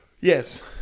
yes